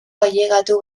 ailegatu